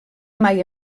mai